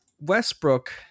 Westbrook